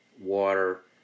water